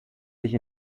sich